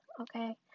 Okay